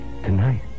Tonight